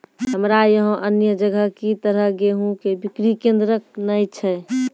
हमरा यहाँ अन्य जगह की तरह गेहूँ के बिक्री केन्द्रऽक नैय छैय?